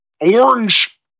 Orange